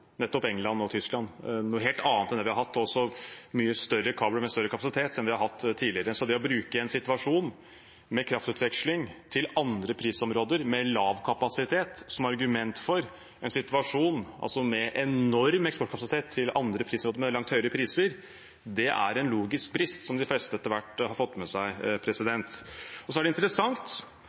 nettopp England og Tyskland – noe helt annet enn det vi har hatt, også mye større kabler med større kapasitet enn vi har hatt tidligere. Det å bruke en situasjon med kraftutveksling til andre prisområder med lav kapasitet som argument for en situasjon med enorm eksportkapasitet til andre prisområder med langt høyere priser er en logisk brist som de fleste etter hvert har fått med seg.